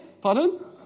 Pardon